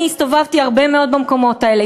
אני הסתובבתי הרבה מאוד במקומות האלה,